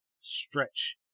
stretch